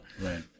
Right